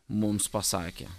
mums pasakė